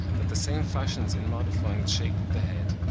that the same fashions in modifying the shape of the head,